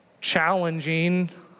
challenging